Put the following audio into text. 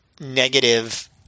negative